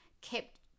kept